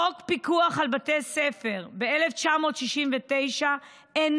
חוק הפיקוח על בתי ספר מ-1969 אינו